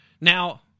Now